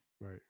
Right